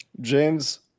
James